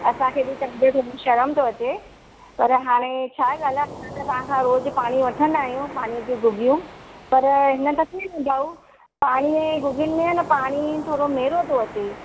असांखे बि चवंदे बि थोरो शर्म थो अचे पर हाणे छा ॻाल्हि आहे असां त तव्हांखां रोज़ु पाणी वठंदा आहियूं पाणी जी गुगियूं पर हिन दफ़े न भाऊ पाणी जी गुगियुनि में आहे न पाणी थोरो मेरो थो अचे